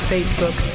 Facebook